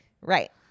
right